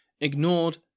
ignored